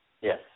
Yes